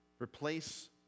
Replace